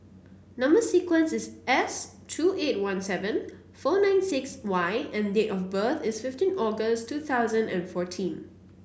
number sequence is S two eight one seven four nine six Y and date of birth is fifteen August two thousand and fourteen